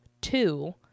two